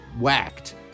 whacked